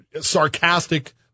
sarcastic